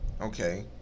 okay